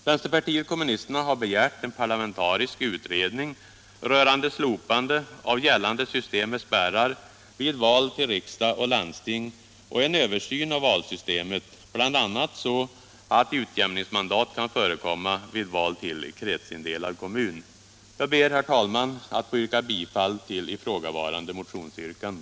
Vänsterpartiet kommunisterna har begärt en parlamentarisk utredning om slopande av gällande system med spärrar vid val till riksdag och landsting och en översyn av valsystemet, bl.a. så att utjämningsmandat kan förekomma vid val till kretsindelad kommun. Jag ber, herr talman, att få hemställa om bifall till ifrågavarande motionsyrkanden.